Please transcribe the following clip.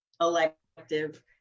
elective